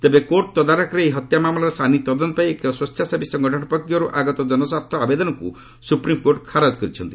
ତେବେ କୋର୍ଟ ତଦାରଖରେ ଏହି ହତ୍ୟା ମାମଲାର ସାନି ତଦନ୍ତ ପାଇଁ ଏକ ସ୍ୱେଚ୍ଛସେବୀ ସଙ୍ଗଠନ ପକ୍ଷରୁ ଆଗତ ଜନସ୍ୱାର୍ଥ ଆବେଦନକୁ ସୁପ୍ରିମ୍କୋର୍ଟ ଖାରଜ କରିଛନ୍ତି